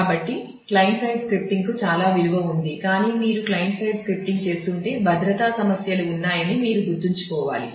కాబట్టి client side స్క్రిప్టింగ్కు చాలా విలువ ఉంది కానీ మీరు క్లయింట్ సైడ్ స్క్రిప్టింగ్ చేస్తుంటే భద్రతా సమస్యలు ఉన్నాయని మీరు గుర్తుంచుకోవాలి